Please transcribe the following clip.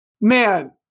man